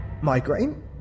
Migraine